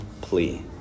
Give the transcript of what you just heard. plea